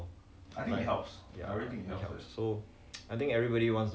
okay lah like wearing a mask all this safety distancing it has its